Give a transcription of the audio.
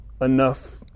enough